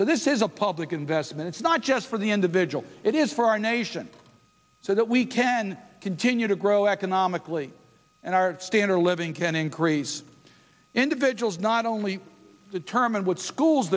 so this is a public investment it's not just for the individual it is for our nation so that we can continue to grow economically and our standard of living can increase individuals not only determine what school